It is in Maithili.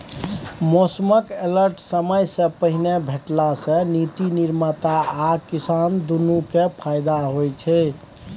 मौसमक अलर्ट समयसँ पहिने भेटला सँ नीति निर्माता आ किसान दुनु केँ फाएदा होइ छै